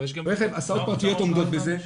הסעות פרטיות עומדות בזה.